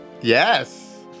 yes